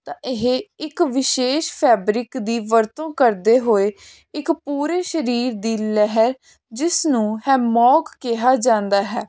ਤਾਂ ਇਹ ਇੱਕ ਵਿਸ਼ੇਸ਼ ਫੈਬਰਿਕ ਦੀ ਵਰਤੋਂ ਕਰਦੇ ਹੋਏ ਇੱਕ ਪੂਰੇ ਸਰੀਰ ਦੀ ਲਹਿਰ ਜਿਸ ਨੂੰ ਹੈਮੌਕ ਕਿਹਾ ਜਾਂਦਾ ਹੈ